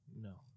No